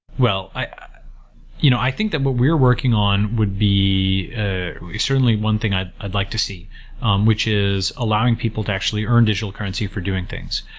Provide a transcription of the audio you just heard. i you know i think that what we're working on would be is certainly one thing i'd i'd like to see um which is allowing people to actually earn digital currency for doing things.